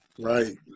Right